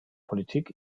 politik